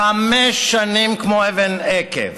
חמש שנים, כמו אבן אכף,